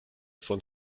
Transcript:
schon